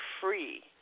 free